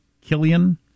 Killian